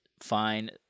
fine